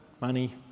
money